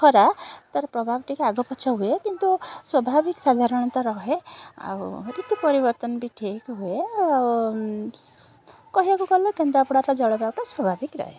ଖରା ତା'ର ପ୍ରଭାବ ଟିକେ ଆଗପଛ ହୁଏ କିନ୍ତୁ ସ୍ୱଭାବିକ ସାଧାରଣତଃ ରହେ ଆଉ ଋତୁ ପରିବର୍ତ୍ତନ ବି ଠିକ୍ ହୁଏ ଆଉ କହିବାକୁ ଗଲେ କେନ୍ଦ୍ରପଡ଼ାଟା ଜଳବାୟୁଟା ସ୍ୱଭାବିକ ରହେ